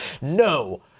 no